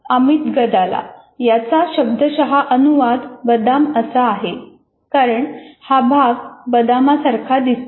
amygdala याचा शब्दशः अनुवाद बदाम असा आहे कारण हा भाग बदामासारखा दिसतो